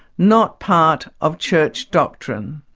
not part of church doctrine.